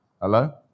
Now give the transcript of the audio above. Hello